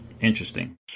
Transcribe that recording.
interesting